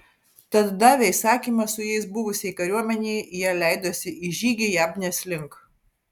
tad davę įsakymą su jais buvusiai kariuomenei jie leidosi į žygį jabnės link